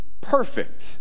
perfect